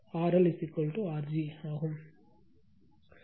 RLR g